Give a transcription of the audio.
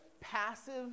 passive